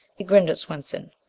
he grinned at swenson.